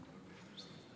שלוש דקות